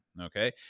okay